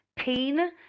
Pain